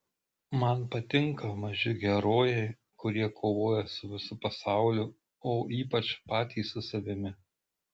man patinka maži herojai kurie kovoja su visu pasauliu o ypač patys su savimi